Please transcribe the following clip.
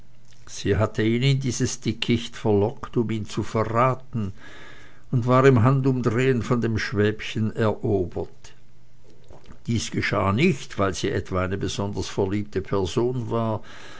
sie hatte ihn in dies dickicht verlockt um ihn zu verraten und war im handumdrehen von dem schwäbchen erobert dies geschah nicht weil sie etwa eine besonders verliebte person war